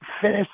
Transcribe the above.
finish